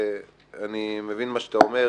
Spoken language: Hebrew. אני מבין מה שאתה אומר,